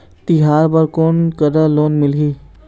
तिहार बर कोन करा लोन मिलही?